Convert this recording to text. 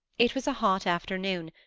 it was a hot afternoon,